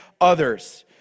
others